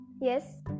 Yes